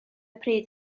pryd